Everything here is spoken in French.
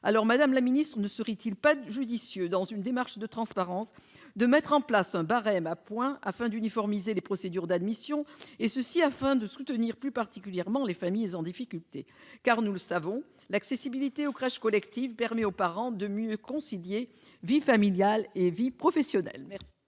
Madame la ministre, ne serait-il pas judicieux, dans une démarche de transparence, de mettre en place un barème à points afin d'uniformiser les procédures d'admission et de soutenir plus particulièrement les familles en difficulté ? Nous le savons, accéder aux crèches collectives permet aux parents de mieux concilier vie familiale et vie professionnelle.